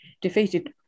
defeated